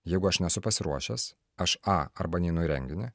jeigu aš nesu pasiruošęs aš a arba neinu įrenginį